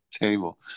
table